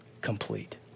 complete